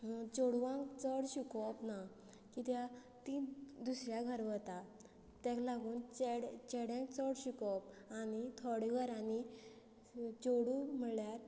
चेडवांक चड शिकोवप ना किद्या ती दुसऱ्या घरा वता ताका लागून चेडे चेड्यांक चड शिकोवप आनी थोडे घरांनी चेडूं म्हणल्यार